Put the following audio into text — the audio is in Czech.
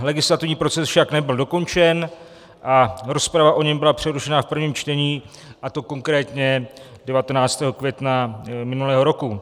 Legislativní proces však nebyl dokončen a rozprava o něm byla přerušena v prvním čtení, a to konkrétně 19. května minulého roku.